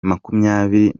makumyabiri